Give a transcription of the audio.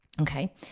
Okay